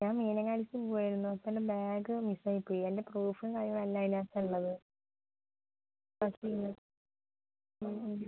ഞാൻ മീനങ്ങാടിക്ക് പോവായിരുന്നു അപ്പോൾ എൻ്റെ ബാഗ് മിസ്സായിപ്പോയി എൻ്റെ പേഴ്സും കാര്യങ്ങളും എല്ലാം അതിനകത്താണ് ഉള്ളത് ബസ്സീന്ന്